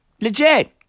Legit